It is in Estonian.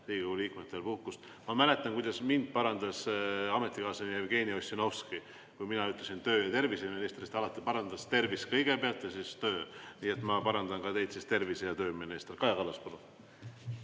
Riigikogu liikmetel puhkust. Ma mäletan, kuidas mind parandas ametikaaslane Jevgeni Ossinovski, kui mina ütlesin "töö‑ ja terviseminister". Ta alati parandas, et tervis kõigepealt ja siis töö. Nii et ma parandan ka teid: tervise‑ ja tööminister. Kaja Kallas,